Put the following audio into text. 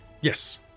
Yes